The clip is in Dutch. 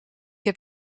heb